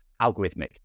algorithmic